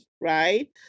right